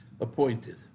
appointed